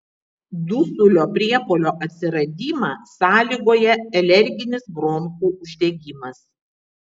dusulio priepuolio atsiradimą sąlygoja alerginis bronchų uždegimas